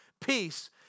peace